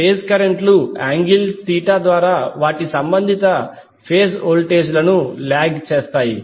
phase కరెంట్లు angle theta ద్వారా వాటి సంబంధిత ఫేజ్ వోల్టేజ్లను లాగ్ చేస్తాయి